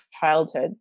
childhood